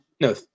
no